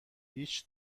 هیچ